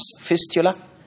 fistula